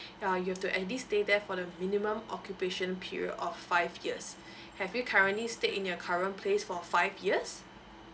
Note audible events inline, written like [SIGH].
[BREATH] uh you have to at least stay there for the minimum occupation period of five years [BREATH] have you currently stayed in your current place for five years